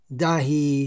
dahi